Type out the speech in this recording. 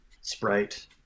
sprite